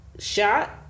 Shot